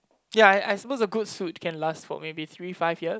ya I I suppose a good suit can last for maybe three five years